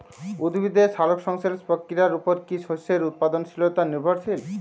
উদ্ভিদের সালোক সংশ্লেষ প্রক্রিয়ার উপর কী শস্যের উৎপাদনশীলতা নির্ভরশীল?